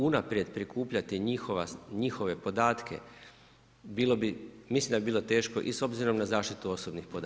Unaprijed prikupljati njihove podatke mislim da bi bilo teško i s obzirom na zaštitu osobnih podataka.